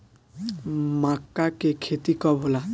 माका के खेती कब होला?